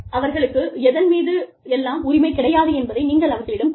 அவர்களுக்கு எதன் மீது எல்லாம் உரிமை கிடையாது என்பதை நீங்கள் அவர்களிடம் கூற வேண்டும்